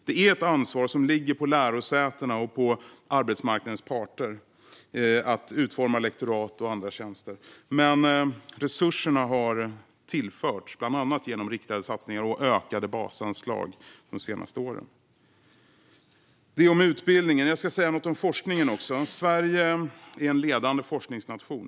Det är ett ansvar som ligger på lärosätena och på arbetsmarknadens parter att utforma lektorat och andra tjänster, men resurser har tillförts bland annat genom riktade satsningar och ökade basanslag de senaste åren. Med detta sagt om utbildningen ska jag också säga något om forskningen. Sverige är en ledande forskningsnation.